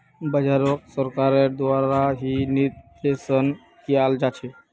बाजारोक सरकारेर द्वारा ही निर्देशन कियाल जा छे